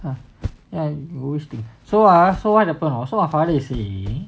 ye you always think so ah so what happen hor so my father is saying